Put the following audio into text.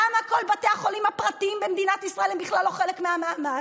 למה כל בתי החולים הפרטיים במדינת ישראל הם בכלל לא חלק מהמאמץ?